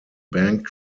bank